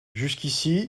jusqu’ici